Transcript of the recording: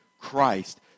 Christ